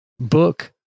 book